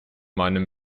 meinem